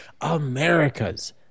America's